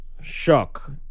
shock